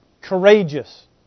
Courageous